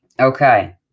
Okay